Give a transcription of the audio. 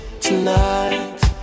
tonight